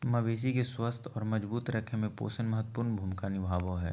मवेशी के स्वस्थ और मजबूत रखय में पोषण महत्वपूर्ण भूमिका निभाबो हइ